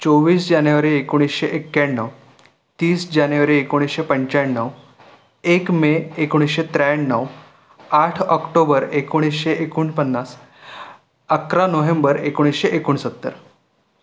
चोवीस जानेवारी एकोणीसशे एक्याण्णव तीस जानेवारी एकोणीसशे पंच्याण्णव एक मे एकोणीसशे त्र्याण्णव आठ ऑक्टोबर एकोणीसशे एकोणपन्नास अकरा नोव्हेंबर एकोणीसशे एकोणसत्तर